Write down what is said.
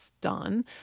done